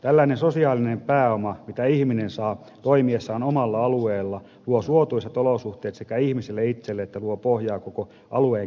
tällainen sosiaalinen pääoma mitä ihminen saa toimiessaan omalla alueellaan luo suotuisat olosuhteet sekä ihmiselle itselleen että luo pohjaa koko alueen kehittymiselle